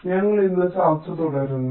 അതിനാൽ ഞങ്ങൾ ഇന്ന് ചർച്ച തുടരുന്നു